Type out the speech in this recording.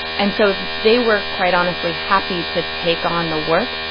and so they were, quite honestly, happy to take on the work.